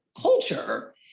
culture